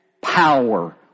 power